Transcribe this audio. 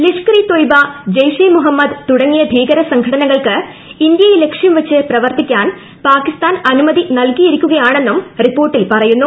ലഷ്കർ ഇ തൊയ്ബ ജയ്ഷെ മുഹമ്മദ് തുടങ്ങിയ ഭീകര സംഘടനകൾക്ക് ഇന്ത്യയെ ലക്ഷ്യം വച്ച് പ്രവർത്തിക്കാൻ പാകിസ്ഥാൻ അനുമതി നൽകിയിരിക്കുകയാണെന്നും റിപ്പോർട്ടിൽ പറയുന്നു